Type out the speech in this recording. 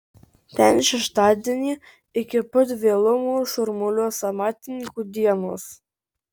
ten šeštadienį iki pat vėlumo šurmuliuos amatininkų dienos